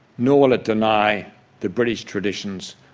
nor will it deny the british traditions,